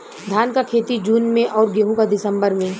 धान क खेती जून में अउर गेहूँ क दिसंबर में?